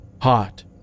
Hot